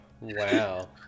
Wow